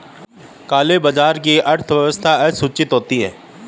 काले बाजार की अर्थव्यवस्था असूचित होती है